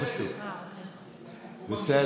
אני רק רוצה לוודא אם שלומו טוב, הכול בסדר.